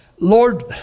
Lord